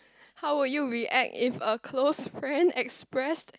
how would you react if a close friend expressed